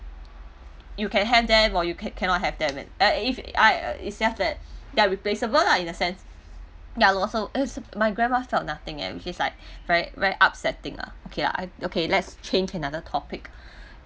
you can have them or you ca~ cannot have them and if is just that they are replaceable lah in a sense ya lor so my grandma felt nothing leh which is like very very upsetting lah okay lah okay let's change another topic